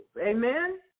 Amen